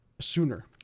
sooner